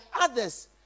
others